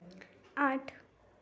आठ